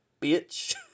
bitch